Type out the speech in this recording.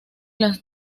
las